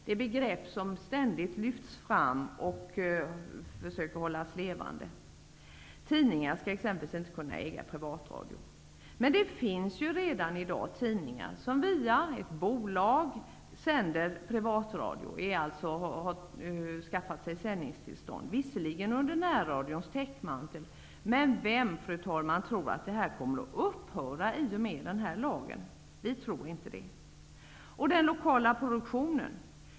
Det är begrepp som ständigt lyfts fram, och som man försöker hålla levande. Tidningar skall ju inte kunna äga privat lokalradio. Men det finns ju tidningar som redan i dag sänder genom bolag, dvs. har skaffat sig sändningstillstånd. Det sker visserligen under närradions täckmantel, men vem tror, fru talman, att det här kommer att upphöra i och med den nya lagen om privat lokalradio? Vänsterpartiet tror inte det.